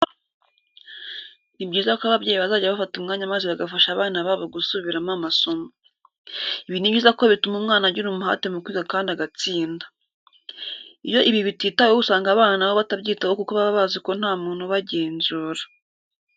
Ni byiza ko ababyeyi bazajya bafata umwanya maze bagafasha abana babo gusubiramo amasomo. Ibi ni byiza kuko bituma umwana agira umuhate mu kwiga kandi agatsinda. Iyo ibi bititaweho usanga abana na bo batabyitaho kuko baba bazi ko nta muntu ubagenzura.